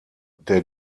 der